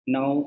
Now